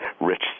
rich